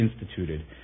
instituted